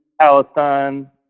Palestine